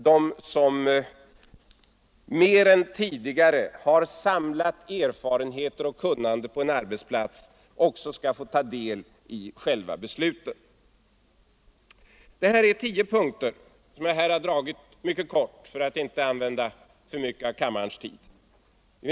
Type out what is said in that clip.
De som har samlat erfarenheter och kunnande på en arbetsplats skall mer än tidigare få ta del av besluten. Detta är tio punkter, som jag här har föredragit mycket kort för att inte använda alltför mycket av kammarens tid.